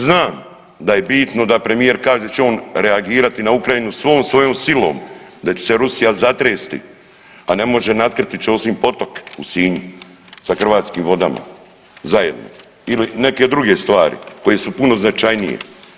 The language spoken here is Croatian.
Znam da je bitno da premijer kaže da će on reagirati na Ukrajinu svom svojom silom, da će se Rusija zatresti, a ne može …/nerazumljivo/… osim potok u Sinju sa Hrvatskim vodama zajedno ili neke druge stvari koje su puno značajnije.